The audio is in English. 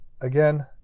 again